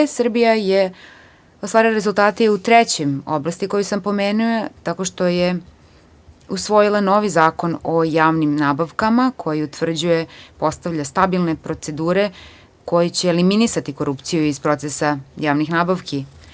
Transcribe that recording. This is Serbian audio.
Pod c) - Srbija je ostvarila rezultate i u trećoj oblasti koju sam pomenuo tako što je usvojila novi Zakon o javnim nabavkama koji utvrđuje, postavlja stabilne procedure koje će eliminisati korupciju iz procesa javnih nabavki.